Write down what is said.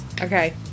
Okay